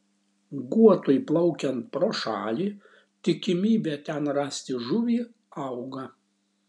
guotui plaukiant pro šalį tikimybė ten rasti žuvį auga